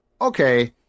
okay